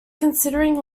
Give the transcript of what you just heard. considering